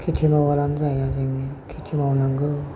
खिथि मावाब्लानो जाया जोंनिया खिथि मावनांगौ